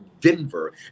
denver